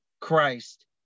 christ